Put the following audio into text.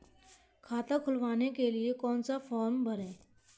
खाता खुलवाने के लिए कौन सा फॉर्म भरें?